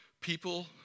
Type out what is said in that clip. people